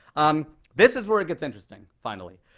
um this is where it gets interesting, finally.